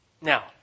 Now